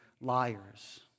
liars